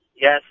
Yes